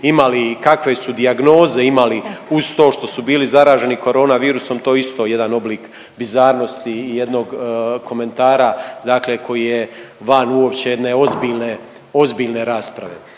imali i kakve su dijagnoze imali uz to što su bili zaraženi corona virusom, to je isto jedan oblik bizarnosti i jednog komentara dakle koji je van uopće jedne ozbiljne, ozbiljne